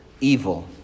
evil